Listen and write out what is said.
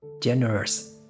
generous